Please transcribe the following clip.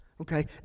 Okay